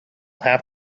have